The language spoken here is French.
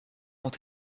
ont